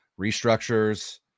restructures